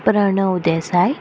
Pranav Desai